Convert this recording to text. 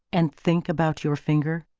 and think about your finger?